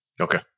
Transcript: Okay